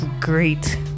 great